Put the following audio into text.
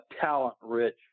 talent-rich